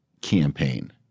campaign